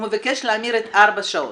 הוא מבקש להמיר ארבע שעות.